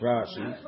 Rashi